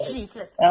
Jesus